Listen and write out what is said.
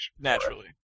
Naturally